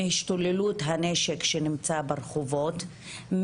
מהשתוללות הנשק שנמצא ברחובות,